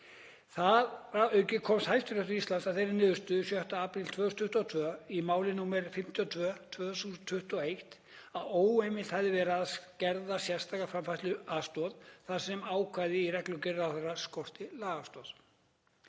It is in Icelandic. Þar að auki komst Hæstiréttur Íslands að þeirri niðurstöðu 6. apríl 2022 í máli nr. 52/2021 að óheimilt hefði verið að skerða sérstaka framfærsluaðstoð þar sem ákvæði í reglugerð ráðherra skorti lagastoð.